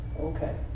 okay